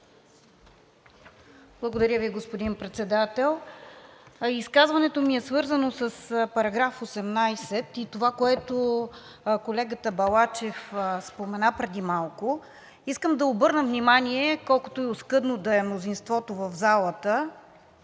Благодаря Ви, господин Председател. Изказването ми е свързано с § 18 и това, което колегата Балачев спомена преди малко. Искам да обърна внимание, колкото и оскъдно да е мнозинството в залата